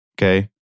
Okay